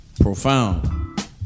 profound